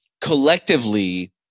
collectively